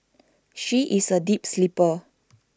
she is A deep sleeper